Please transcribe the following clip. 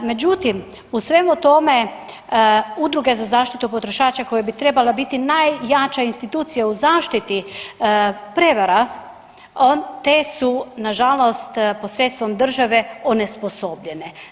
Međutim, u svemu tome udruge za zaštitu potrošača koje bi trebale biti najjača institucija u zaštiti prevara te su na žalost posredstvom države onesposobljene.